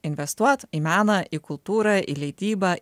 investuot į meną į kultūrą į leidybą